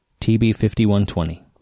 TB5120